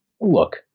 Look